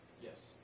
Yes